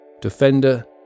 defender